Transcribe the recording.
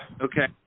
Okay